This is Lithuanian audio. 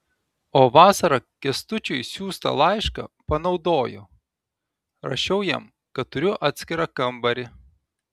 o vasarą kęstučiui siųstą laišką panaudojo rašiau jam kad turiu atskirą kambarį